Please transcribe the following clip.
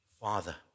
father